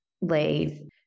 leave